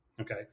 Okay